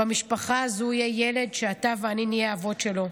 ובמשפחה הזו יהיה ילד שאתה ואני נהיה האבות שלו.